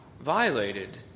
violated